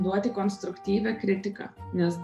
duoti konstruktyvią kritiką nes